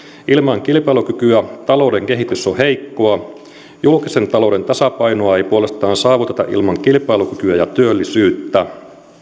ilman kilpailukykyä talouden kehitys on heikkoa julkisen talouden tasapainoa ei puolestaan saavuteta ilman kilpailukykyä ja työllisyyttä